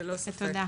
תודה.